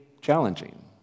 challenging